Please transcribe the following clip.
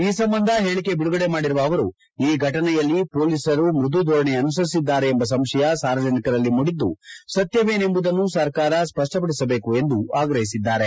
ಈ ಸಂಬಂಧ ಹೇಳಿಕೆ ಬಿಡುಗಡೆ ಮಾಡಿರುವ ಅವರು ಈ ಘಟನೆಯಲ್ಲಿ ಮೊಲೀಸರು ಮೃದು ಧೋರಣೆ ಅನುಸರಿಸಿದ್ದಾರೆ ಎಂಬ ಸಂಶಯ ಸಾರ್ವಜನಿಕರಲ್ಲಿ ಮೂಡಿದ್ದು ಸತ್ಯವೇನೆಂಬುದನ್ನು ಸರ್ಕಾರ ಸ್ಪಷ್ಟಪಡಿಸಬೇಕು ಎಂದು ಆಗ್ರಹಿಸಿದ್ದಾರೆ